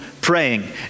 praying